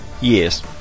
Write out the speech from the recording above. Years